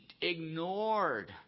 ignored